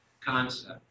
concept